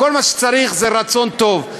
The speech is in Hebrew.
כל מה שצריך זה רצון טוב.